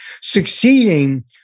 succeeding